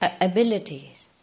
abilities